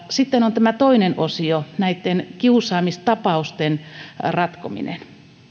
sitten on tämä toinen osio näitten kiusaamistapausten ratkominen